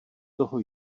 toho